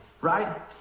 Right